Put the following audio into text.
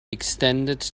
extended